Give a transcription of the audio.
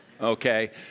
okay